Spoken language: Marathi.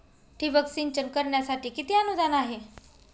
ठिबक सिंचन करण्यासाठी किती अनुदान आहे?